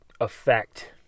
effect